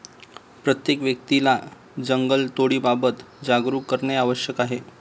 प्रत्येक व्यक्तीला जंगलतोडीबाबत जागरूक करणे आवश्यक आहे